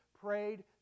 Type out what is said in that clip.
prayed